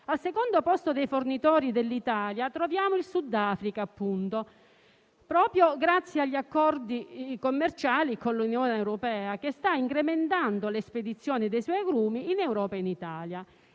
al secondo posto dei fornitori dell'Italia troviamo il Sudafrica, che, proprio grazie agli accordi commerciali con l'Unione europea, sta incrementando le spedizioni dei suoi agrumi in Europa e in Italia.